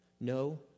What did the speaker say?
no